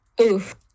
Oof